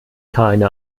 keine